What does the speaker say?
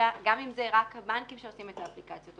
גם אם זה רק הבנקים שעושים את האפליקציות,